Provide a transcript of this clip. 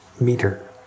meter